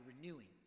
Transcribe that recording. renewing